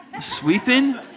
sweeping